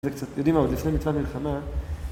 זה קצת... יודעים מה, עוד לפני מצווה מלחמה...